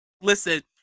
Listen